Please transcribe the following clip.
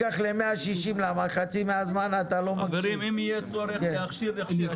אם יהיה צורך להכשיר יכשירו.